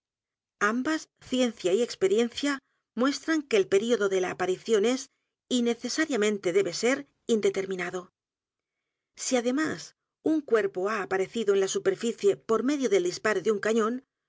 ambas ciencia y experiencia muestran que el período de la aparición es y necesariamente debe ser indeterminado si además un cuerpo h a aparecido en la superficie por medio del disparo de un cañón